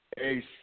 Ace